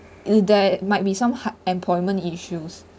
it that might be some hard employment issues